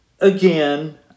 Again